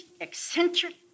eccentric